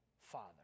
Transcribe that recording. Father